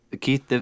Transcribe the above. Keith